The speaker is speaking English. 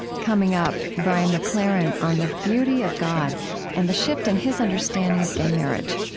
coming up, brian mclaren on the beauty of god and the shift in his understanding of gay marriage.